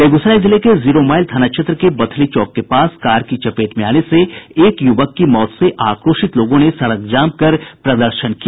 बेगूसराय जिले के जीरोमाइल थाना क्षेत्र के बथली चौक के पास कार की चपेट में आने से एक यूवक की हयी मौत से आक्रोशित लोगों ने सड़क जाम कर प्रदर्शन किया